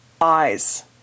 eyes